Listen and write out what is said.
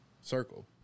circle